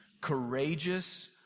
courageous